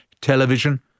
television